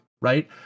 right